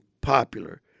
popular